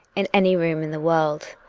in any room in the world.